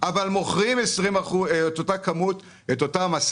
אבל מוכרים את אותן 10